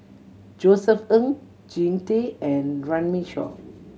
Josef Ng Jean Tay and Runme Shaw